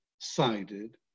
sided